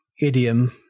idiom